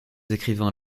écrivains